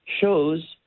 shows